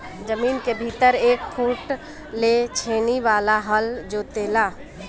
जमीन के भीतर एक फुट ले छेनी वाला हल जोते ला